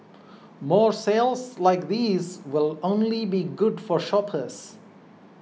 more sales like these will only be good for shoppers